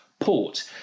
port